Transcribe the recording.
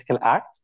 act